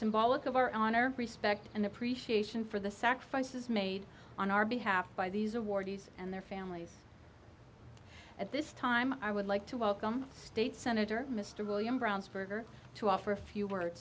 symbolic of our honor respect and appreciation for the sacrifices made on our behalf by these awardees and their families at this time i would like to welcome state senator mr william brownsburg to offer a few words